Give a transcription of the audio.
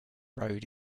road